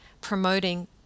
promoting